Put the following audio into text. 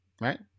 right